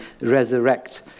resurrect